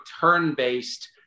turn-based